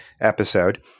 episode